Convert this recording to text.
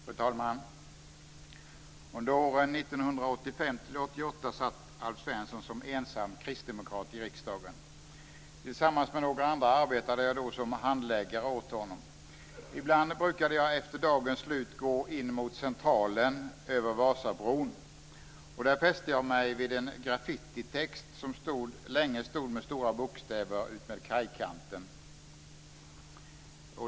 Fru talman! Under åren 1985-1988 satt Alf Svensson som ensam kristdemokrat i riksdagen. Tillsammans med några andra arbetade jag då som handläggare åt honom. Ibland brukade jag efter dagens slut gå mot Centralen över Vasabron. Jag fäste mig vid en graffititext som länge stod med stora bokstäver utmed kajkanten.